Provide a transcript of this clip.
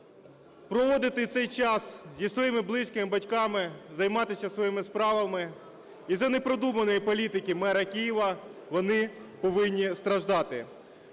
проводити цей час зі своїми близькими, батьками, займатися своїми справами, із-за непродуманої політики мера Києва вони повинні страждати.